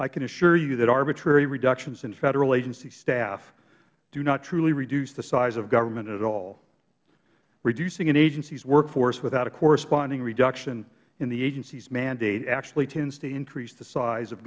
i can assure you that arbitrary reductions in federal agency staff do not truly reduce the size of government at all reducing an agency's workforce without a corresponding reduction in the agency's mandate actually tends to increase the size of